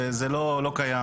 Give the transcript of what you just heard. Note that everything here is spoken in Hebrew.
זה לא קיים,